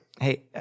Hey